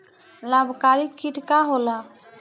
लाभकारी कीट का होला?